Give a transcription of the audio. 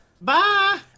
Bye